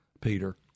peter